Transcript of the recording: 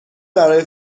برای